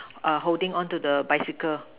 err holding on to the bicycle